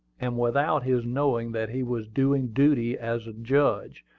and without his knowing that he was doing duty as a judge.